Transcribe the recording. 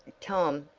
tom,